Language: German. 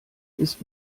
ist